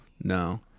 No